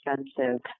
expensive